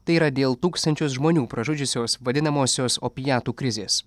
tai yra dėl tūkstančius žmonių pražudžiusios vadinamosios opiatų krizės